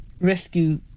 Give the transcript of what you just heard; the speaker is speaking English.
rescue